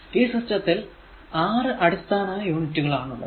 ഈ സിസ്റ്റത്തിൽ 6 അടിസ്ഥാന യൂണിറ്റുകൾ ആണ് ഉള്ളത്